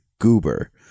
goober